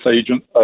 agent